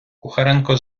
кухаренко